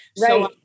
Right